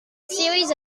series